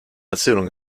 erzählung